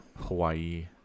Hawaii